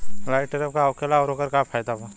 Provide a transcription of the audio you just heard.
Light trap का होखेला आउर ओकर का फाइदा बा?